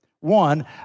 One